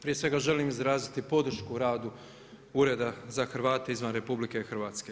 Prije svega želim izraziti podršku o radu Ureda za Hrvate izvan RH.